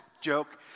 Joke